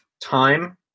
time